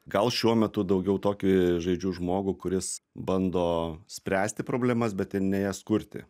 gal šiuo metu daugiau tokį žaidžiu žmogų kuris bando spręsti problemas bet ne jas kurti